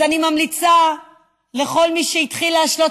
אז אני ממליצה לכל מי שהתחיל להשלות